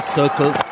circle